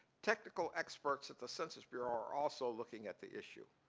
technical experts at the census bureau are also looking at the issue.